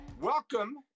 Welcome